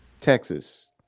Texas